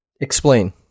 Explain